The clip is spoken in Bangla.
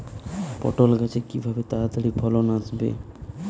পটল গাছে কিভাবে তাড়াতাড়ি ফলন আসবে?